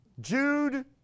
Jude